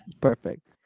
Perfect